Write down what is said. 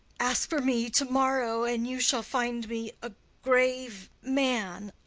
ask for me to-morrow, and you shall find me a grave man.